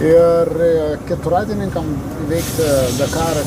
ir keturratininkam įveikti dakarą